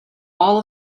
all